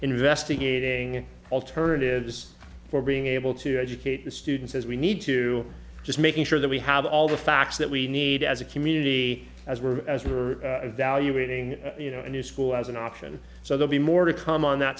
investigating alternatives for being able to educate the students as we need to just making sure that we have all the facts that we need as a community as well as we're evaluating you know a new school as an option so they'll be more to come on that